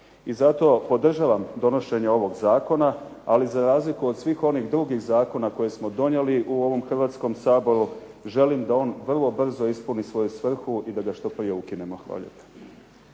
I zato podržavam donošenje ovog zakona, ali za razliku od svih onih drugih zakona koje smo donijeli u ovom Hrvatskom saboru, želim da on vrlo brzo ispuni svoju svrhu i da što prije ukinemo. Hvala